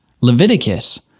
Leviticus